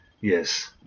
Yes